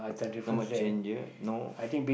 not much change no